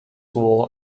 wall